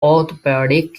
orthopaedic